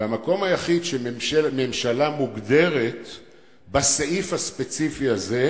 והמקום היחיד שממשלה מוגדרת בסעיף הספציפי הזה,